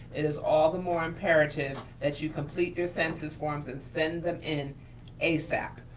it is all the more imperative that you complete your census forms and send them in asap.